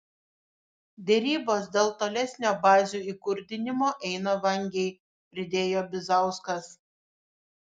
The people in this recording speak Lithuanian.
derybos dėl tolesnio bazių įkurdinimo eina vangiai pridėjo bizauskas